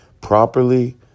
properly